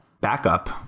backup